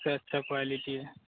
सबसे अच्छी क्वालिटी है